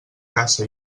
caça